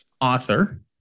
Author